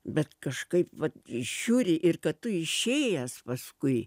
bet kažkaip va žiūri ir kad tu išėjęs paskui